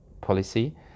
policy